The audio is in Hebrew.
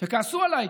וכעסו עליי,